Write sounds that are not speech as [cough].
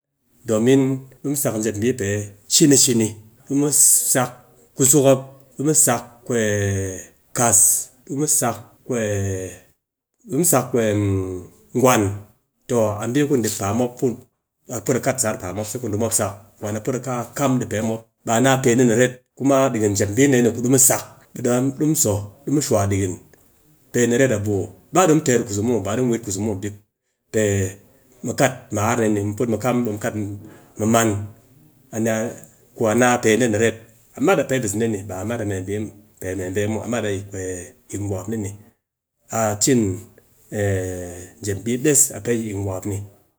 Domin di mu sak jep bii pe shini shini, di mu sak kuzuk mop, di mu sak [hesitation] kas, ɗi mu sak [hesitation] di mu sak [hesitation] gwan, a bii ku ɗi paa mop, a put a kat sar paa mop ku ɗi mop sak, kwan a put a kaa a kam ɗi po mop, baa na pe ni ret, kuma ɗikin jep bii dee ni ku di mu sak ɓe ɗi mo sak, ɗi mu so ɗi mu shwa ɗikin, pee ni ret a buu, ba ɗimu ter kuzum muw, ba ɗi mu wit kuzum muw [unintelligible] pee mu kat mar ni mu put mu kam ɓe mu man wa a naa pe dee ni ret, a mat a pee bese ɗee ni, ba a mat a mee bee muw, a mayt ayi ikngwakap dee ni. A cin [hesitation] jepm bii des a pe yi ikngwakap ni